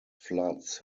floods